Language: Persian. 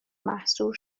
محصور